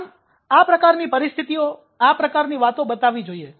આમ આ પ્રકારની પરિસ્થિતિઓ આ પ્રકારની વાતો બતાવવી જોઈએ